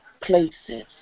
places